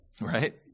Right